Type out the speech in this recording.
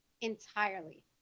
entirely